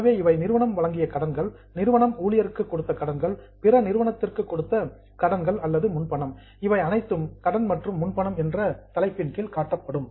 எனவே இவை நிறுவனம் வழங்கிய கடன்கள் நிறுவன ஊழியருக்கு கொடுத்த கடன்கள் பிற நிறுவனத்திற்கு கொடுத்த கடன்கள் அல்லது முன்பணம் இவை அனைத்தும் கடன் மற்றும் முன்பணம் என்ற தலைப்பின் கீழ் காணப்படும்